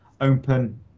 open